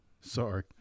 Sorry